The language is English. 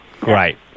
Great